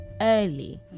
early